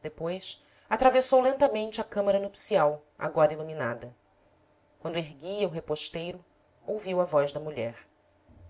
depois atravessou lentamente a câmara nupcial agora iluminada quando erguia o reposteiro ouviu a voz da mulher